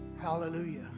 Hallelujah